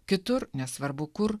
kitur nesvarbu kur